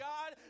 God